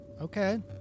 okay